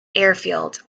airfield